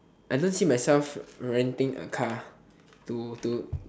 I don't see myself renting a car to to